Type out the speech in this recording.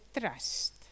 trust